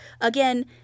Again